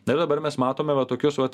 na ir dabar mes matome va tokius vat